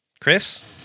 Chris